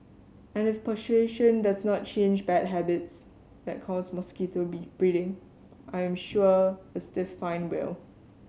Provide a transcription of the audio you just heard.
and if persuasion does not change bad habits that cause mosquito be breeding I am sure a stiff fine will